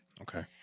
Okay